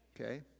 okay